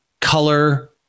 color